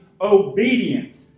obedient